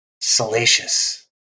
salacious